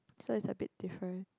so it's a bit different